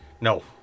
No